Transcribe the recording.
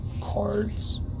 cards